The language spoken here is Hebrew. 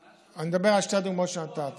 המקרה, אני מדבר על שתי דוגמאות שנתת.